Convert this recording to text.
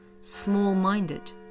small-minded